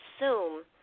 assume